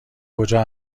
کجا